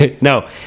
No